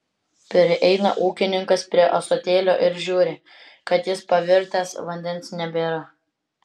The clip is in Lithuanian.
prieina ūkininkas prie ąsotėlio ir žiūri kad jis pavirtęs vandens nebėra